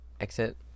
Exit